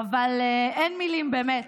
אין מילים, באמת.